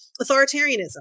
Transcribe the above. authoritarianism